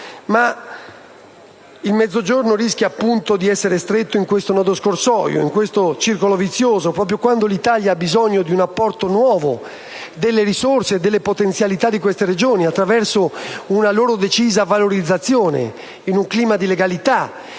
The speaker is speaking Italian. Il Mezzogiorno rischia di essere stretto in questo nodo scorsoio, in questo circolo vizioso proprio quando l'Italia ha bisogno di un apporto nuovo, delle risorse e delle potenzialità di queste regioni attraverso una loro decisa valorizzazione, in un clima di legalità